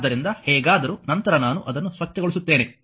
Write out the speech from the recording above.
ಆದ್ದರಿಂದ ಹೇಗಾದರೂ ನಂತರ ನಾನು ಅದನ್ನು ಸ್ವಚ್ಛಗೊಳಿಸುತ್ತೇನೆ